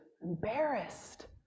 Embarrassed